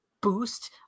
boost